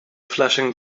flashing